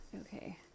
Okay